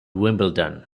wimbledon